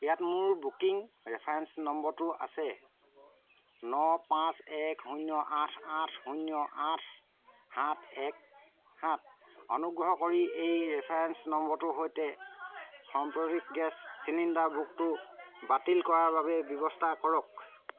ইয়াত মোৰ booking reference নম্বৰটো আছে ন পাঁচ এক শূন্য আঠ আঠ শূন্য আঠ সাত এক সাত অনুগ্ৰহ কৰি এই ৰেফাৰেঞ্চ নম্বৰটোৰ সৈতে সম্পৰ্কিত গেছ চিলিণ্ডাৰ বুকটো বাতিল কৰাৰ বাবে ব্যৱস্থা কৰক